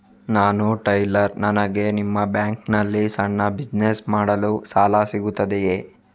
ನಾನು ಟೈಲರ್, ನನಗೆ ನಿಮ್ಮ ಬ್ಯಾಂಕ್ ನಲ್ಲಿ ಸಣ್ಣ ಬಿಸಿನೆಸ್ ಮಾಡಲು ಸಾಲ ಸಿಗುತ್ತದೆಯೇ?